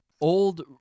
Old